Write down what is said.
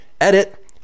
Edit